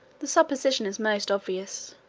the supposition is most obvious.